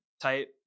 type